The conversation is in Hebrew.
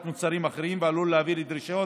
מוצרים אחרים ועלול להביא לדרישות